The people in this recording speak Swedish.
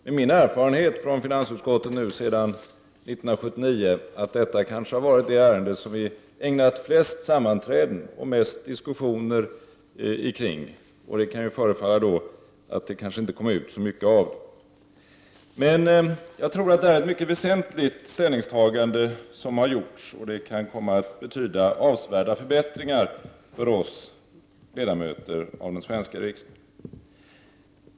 Med min erfarenhet från finansutskottet sedan 1979 är det detta ärende som vi har ägnat flest sammanträden och mest diskussioner. Det kan förefalla som om det inte har kommit ut så mycket av det. Men jag tror att det är ett mycket väsentligt ställningstagande som har gjorts, och det kan komma att betyda avsevärda förbättringar för oss ledamöter i den svenska riksdagen.